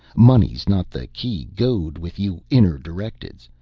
money's not the key goad with you inner-directeds.